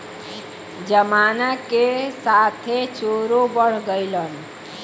जमाना के साथे चोरो बढ़ गइलन